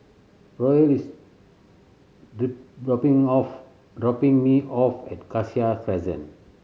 Roel is dropping off dropping me off at Cassia Crescent